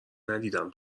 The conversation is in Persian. ندیدم